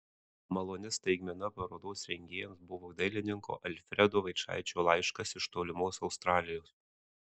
maloni staigmena parodos rengėjams buvo dailininko alfredo vaičaičio laiškas iš tolimos australijos